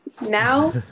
Now